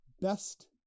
Best